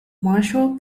marshall